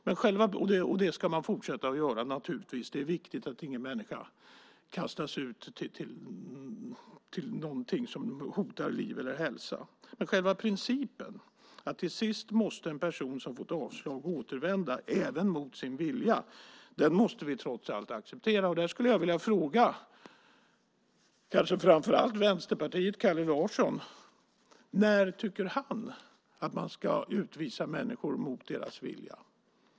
Det ska man naturligtvis fortsätta att göra. Det är viktigt att ingen människa kastas ut till någonting som hotar liv eller hälsa. Men själva principen, att till sist måste en person som fått avslag återvända även mot sin vilja, måste vi trots allt acceptera. Där skulle jag vilja fråga kanske framför allt Vänsterpartiet och Kalle Larsson: När tycker han att man ska utvisa människor mot deras vilja?